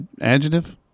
adjective